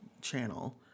channel